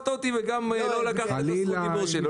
אותי וגם לא לקחת את זכות הדיבור שלי.